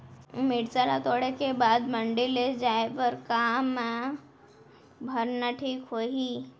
मिरचा ला तोड़े के बाद मंडी ले जाए बर का मा भरना ठीक होही?